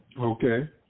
Okay